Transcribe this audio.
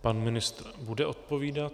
Pan ministr bude odpovídat.